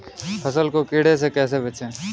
फसल को कीड़े से कैसे बचाएँ?